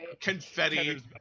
Confetti